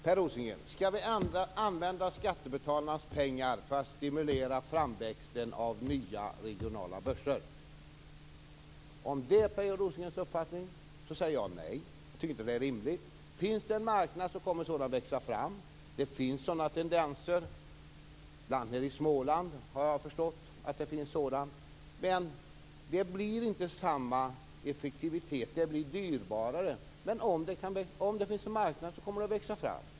Herr talman! Per Rosengren! Skall vi använda skattebetalarnas pengar för att stimulera framväxten av nya regionala börser? Om det är Per Rosengrens uppfattning så säger jag nej. Jag tycker inte att det är rimligt. Finns det en marknad så kommer sådana att växa fram. Det finns sådana tendenser, bl.a. nere i Småland har jag förstått. Det blir inte samma effektivitet. Det blir dyrare. Men finns det en marknad så kommer börserna som sagt att växa fram.